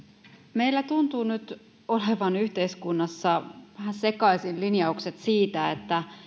meillä tuntuu nyt olevan yhteiskunnassa vähän sekaisin linjaukset siitä